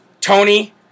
Tony